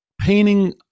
painting